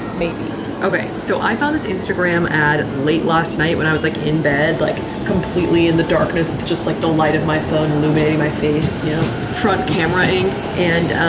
maybe okay so i found this instagram ad late last night when i was like in bed like completely in the darkness it's just like the light of my phone luminating my face you know front camera-ing and,